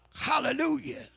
Hallelujah